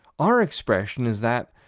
our expression is that,